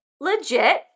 legit